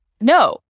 No